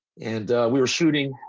and we were shooting.